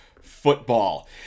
football